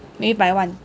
赢一百万